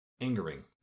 angering